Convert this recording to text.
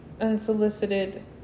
unsolicited